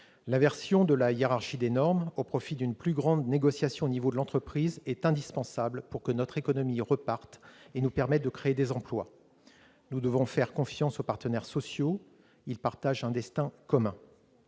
L'inversion de la hiérarchie des normes au profit d'une plus grande latitude de négociation au niveau de l'entreprise est indispensable pour que notre économie reparte en créant des emplois. Nous devons faire confiance aux partenaires sociaux : ils partagent un destin commun.